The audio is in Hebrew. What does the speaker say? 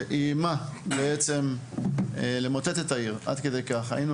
שאיימה למוטט את העיר: היינו